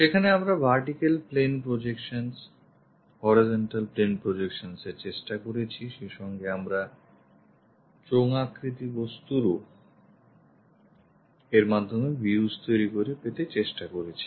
সেখানে আমরা vertical plane projections horizontal plane projectionsএর চেষ্টা করেছি সেসঙ্গে আমরা চোঙ আকৃতি বস্তু রও এর মাধ্যমে views তৈরী করে পেতে চেষ্টা করেছি